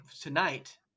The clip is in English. tonight